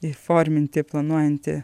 įforminti planuojantį